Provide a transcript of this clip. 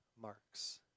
marks